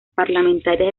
parlamentarias